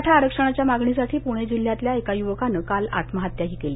मराठा आरक्षणाच्या मागणीसाठी पुणे जिल्ह्यातील एका युवकानं काल आत्महत्या केली